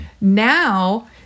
Now